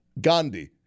Gandhi